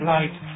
Light